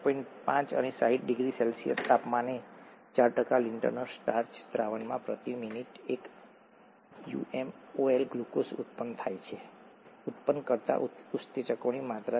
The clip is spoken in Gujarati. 5 અને 60 ડિગ્રી સેલ્સિયસ તાપમાને 4 લિન્ટનર સ્ટાર્ચ દ્રાવણમાં પ્રતિ મિનિટ 1 μmol ગ્લુકોઝ ઉત્પન્ન કરતા ઉત્સેચકોની માત્રા